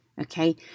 okay